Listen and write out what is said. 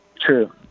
True